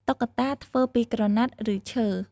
តុក្កតា ធ្វើពីក្រណាត់ ឬឈើ។